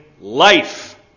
life